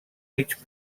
mig